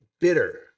bitter